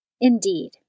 Indeed